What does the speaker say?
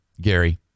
Gary